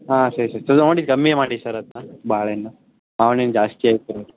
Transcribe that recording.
ಹಾಂ ಸರಿ ಸರ್ ನೋಡಿ ಕಮ್ಮಿ ಮಾಡಿ ಸರ್ ಅದನ್ನ ಬಾಳೆಹಣ್ಣು ಮಾವ್ನ ಹಣ್ ಜಾಸ್ತಿ ಆಯಿತು ರೇಟ್